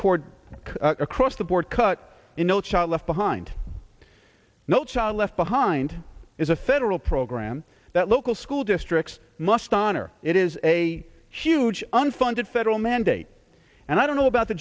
chord across the board cut in no child left behind no child left behind is a federal program that local school districts must honor it is a huge unfunded federal mandate and i don't know about the